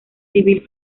civil